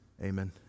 Amen